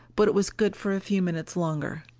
but it was good for a few minutes longer.